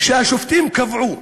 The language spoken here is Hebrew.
שהשופטים קבעו